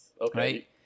Okay